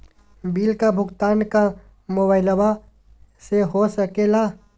Bill का भुगतान का मोबाइलवा से हो सके ला?